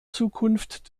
zukunft